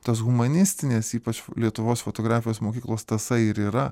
tos humanistinės ypač lietuvos fotografijos mokyklos tąsa ir yra